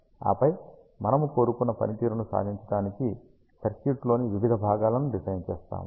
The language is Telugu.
ఆపై మనము కోరుకున్న పనితీరును సాధించడానికి సర్క్యూట్లోని వివిధ భాగాలను డిజైన్ చేస్తాము